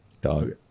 Dog